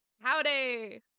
howdy